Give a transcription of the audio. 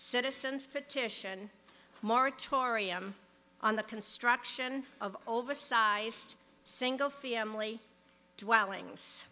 citizens petition moratorium on the construction of oversized single family dwellings